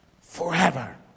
Forever